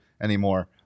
anymore